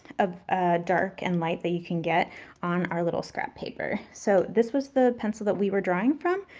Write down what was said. of dark and light that you can get on our little scrap paper. so this was the pencil that we were drawing from.